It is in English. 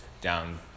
down